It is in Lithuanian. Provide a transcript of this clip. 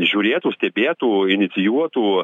žiūrėtų stebėtų inicijuotų